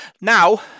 Now